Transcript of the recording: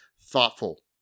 thoughtful